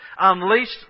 unleashed